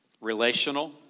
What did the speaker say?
relational